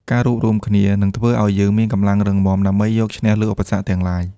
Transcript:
ការរួបរួមគ្នា នឹងធ្វើឱ្យយើងមានកម្លាំងរឹងមាំដើម្បីយកឈ្នះលើឧបសគ្គទាំងឡាយ។